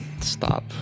Stop